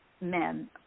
men